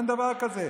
אין דבר כזה,